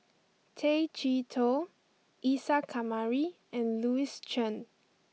Tay Chee Toh Isa Kamari and Louis Chen